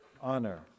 honor